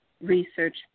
research